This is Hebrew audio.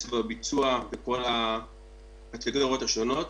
קצב הביצוע בכל הקטגוריות השונות.